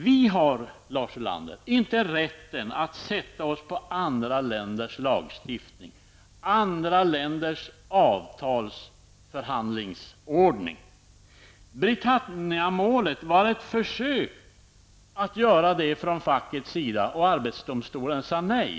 Vi har, Lars Ulander, inte rätt att sätta oss på andra länders lagstiftning och förhandlingsordning för avtal. Britannia-målet var ett försök från fackets sida att göra detta, och arbetsdomstolen sade nej.